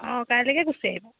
অঁ কাইলৈকে গুচি আহিব